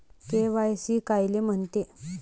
KYC कायले म्हनते?